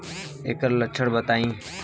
ऐकर लक्षण बताई?